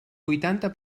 huitanta